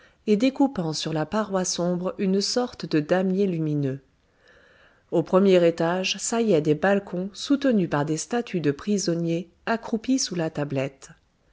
et découpant sur la paroi sombre une sorte de damier lumineux au premier étage saillaient des balcons soutenus par des statues de prisonniers accroupis sous la tablette